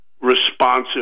responsive